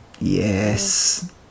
Yes